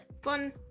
fun